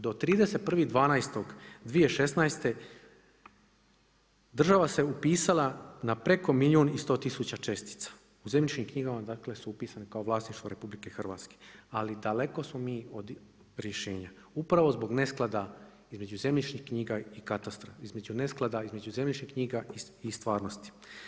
Do 31.12.2016. država se upisala na preko milijun i 100 tisuća čestica u zemljišnim knjigama su upisane kao vlasništvo RH, ali daleko smo mi od rješenja, upravo zbog nesklada između zemljišnih knjiga i katastra, između zemljišnih knjiga i stvarnosti.